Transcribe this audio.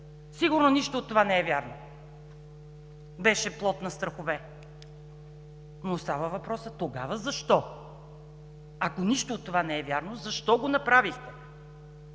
Сигурно нищо от това не е вярно, беше плод на страхове, но остава въпросът: тогава защо? Ако нищо от това не е вярно, защо го направихте?!